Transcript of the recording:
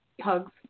hugs